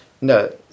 no